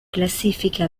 classifiche